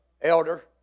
elder